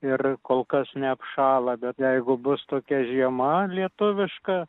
ir kol kas ne apšąla bet jeigu bus tokia žiema lietuviška